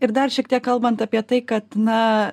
ir dar šiek tiek kalbant apie tai kad na